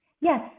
Yes